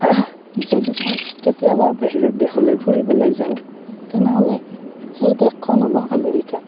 যদি মই কেতিয়াবা বাহিৰৰ দেশলৈ ফুৰিবলৈ যাওঁ তেনেহ'লে সেই দেশখন হ'ব আমেৰিকা